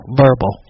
verbal